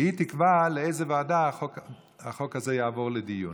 והיא תקבע לאיזה ועדה החוק הזה יעבור לדיון.